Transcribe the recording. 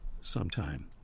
sometime